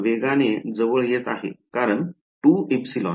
ηवेगाने जवळ येत आहे कारण 2ε